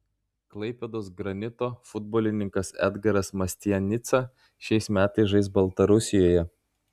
klaipėdos granito futbolininkas edgaras mastianica šiais metais žais baltarusijoje